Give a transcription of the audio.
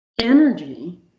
energy